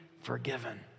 forgiven